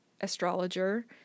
astrologer